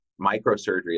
Microsurgery